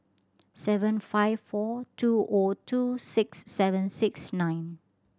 seven five four two O two six seven six nine